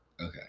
Okay